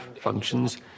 functions